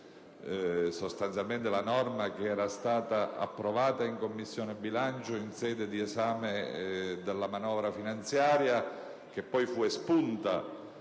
la norma che era stata approvata in Commissione bilancio in sede di esame della manovra finanziaria e che poi fu espunta